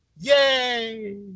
Yay